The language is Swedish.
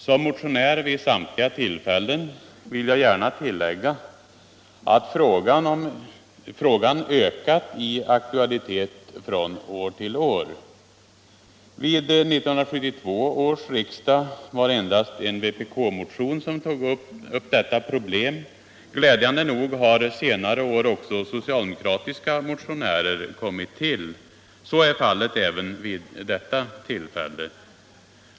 Som motionär vid samtliga tillfällen vill jag gärna tillägga att frågan ökat i aktualitet från år till år. Vid 1972 års riksdag var det endast en vpk-motion som tog upp detta problem. Glädjande nog har under senare år socialdemokratiska motionärer kommit till. Så är fallet även vid detta tillfälle.